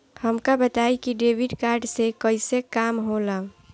हमका बताई कि डेबिट कार्ड से कईसे काम होला?